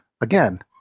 Again